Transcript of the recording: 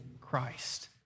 Christ